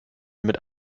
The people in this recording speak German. mit